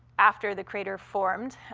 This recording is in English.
after the crater formed,